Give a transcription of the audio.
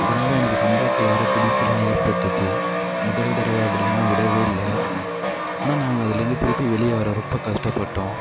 இதனால எனக்கு சம்பளத்தில் வேறு பிடிப்புலாம் ஏற்பட்டுச்சு முதல் தடவ அப்படினலாம் விடவே இல்லை ஆனால் நாங்கள் அதுலேருந்து திருப்பி வெளியே வர ரொம்ப கஷ்டப்பட்டோம்